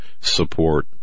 support